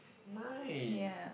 nice